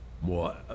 more